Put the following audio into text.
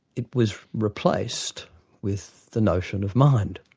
it was replaced with the notion of mind.